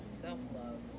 Self-love